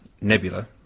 nebula